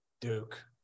Duke